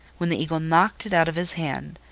when the eagle knocked it out of his hand,